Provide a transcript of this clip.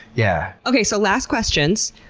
yeah okay. so last questions.